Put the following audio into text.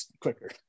quicker